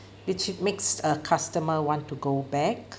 which it makes a customer want to go back